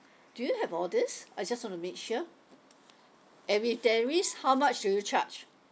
do you have all these I just want to make sure and if there is how much do you charge